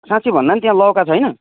साँच्चै भन्दा नि त्यहाँ लौका छैन